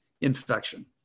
infection